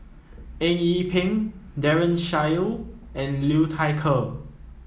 Eng Yee Peng Daren Shiau and Liu Thai Ker